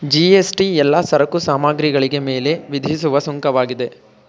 GST ಎಲ್ಲಾ ಸರಕು ಸಾಮಗ್ರಿಗಳಿಗೆ ಮೇಲೆ ವಿಧಿಸುವ ಸುಂಕವಾಗಿದೆ